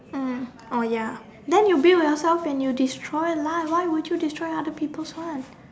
mm oh ya then you build yourself and you destroy lah why would you destroy other people's one